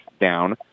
down